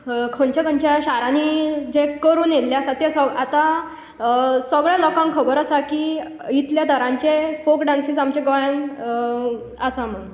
खंयच्या खंयच्या शारांनी जे करून येयल्ले आसा ते स आतां सगळ्या लोकांक खबर आसा की इतल्या तरांचे फोक डांसीस आमच्या गोंयान आसा म्हणून